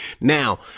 Now